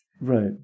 Right